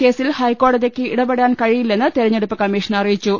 കേസിൽ ഹൈക്കോടതിക്ക് ഇടപെ ടാൻ കഴിയില്ലെന്ന് തിരഞ്ഞെടുപ്പ് കമ്മീഷൻ അറിയിച്ചു